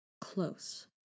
close